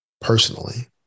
personally